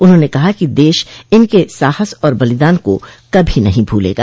उन्होंने कहा कि देश इनके साहस और बलिदान को कभी नहीं भूलेगा